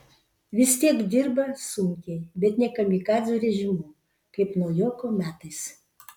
vis tiek dirba sunkiai bet ne kamikadzių režimu kaip naujoko metais